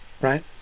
right